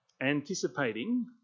anticipating